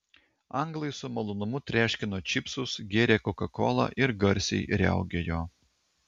anglai su malonumu treškino čipsus gėrė kokakolą ir garsiai riaugėjo